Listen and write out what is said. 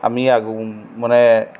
আমি আগু মানে